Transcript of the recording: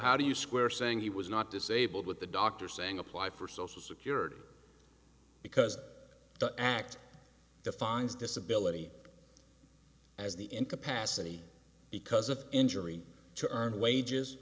how do you square saying he was not disabled with the doctor saying apply for social security because the act the fines disability as the incapacity because of injury to earn wages